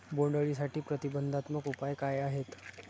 बोंडअळीसाठी प्रतिबंधात्मक उपाय काय आहेत?